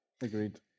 agreed